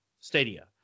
stadia